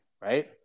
right